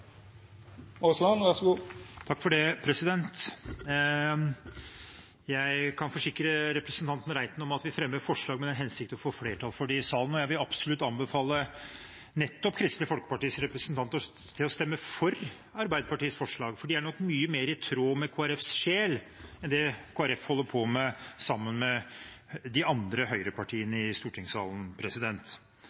Jeg kan forsikre representanten Reiten om at vi fremmer forslag med den hensikt å få flertall for dem i salen, og jeg vil absolutt anbefale nettopp Kristelig Folkepartis representanter å stemme for Arbeiderpartiets forslag, for de er nok mye mer i tråd med Kristelig Folkepartis sjel enn det Kristelig Folkeparti holder på med sammen med de andre høyrepartiene i stortingssalen.